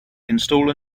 install